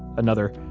another,